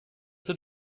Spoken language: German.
sind